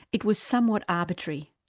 it was somewhat arbitrary.